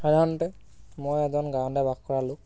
সাধাৰণতে মই এজন গাঁৱতে বাস কৰা লোক